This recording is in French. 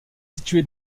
situé